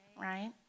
right